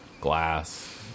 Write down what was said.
glass